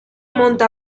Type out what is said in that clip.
monta